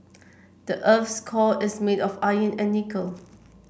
the earth's core is made of iron and nickel